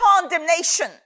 condemnation